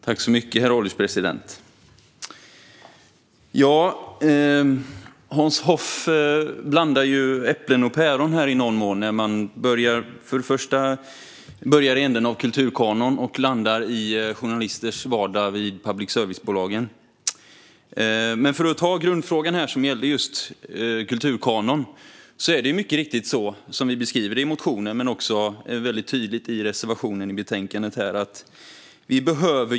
Herr ålderspresident! Hans Hoff blandar äpplen och päron när han börjar i kulturkanon och landar i journalisters vardag i public service-bolagen. Låt mig ta upp grundfrågan som gällde kulturkanon. Mycket riktigt finns denna fråga med i motionen och i reservationen i betänkandet.